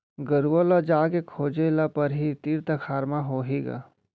गरूवा ल जाके खोजे ल परही, तीर तखार म होही ग